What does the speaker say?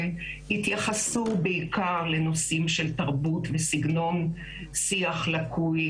שהתייחסו בעיקר לנושאים של תרבות וסגנון שיח לקוי,